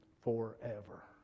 forever